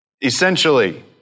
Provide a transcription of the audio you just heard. Essentially